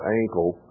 ankle